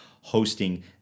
hosting